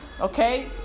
Okay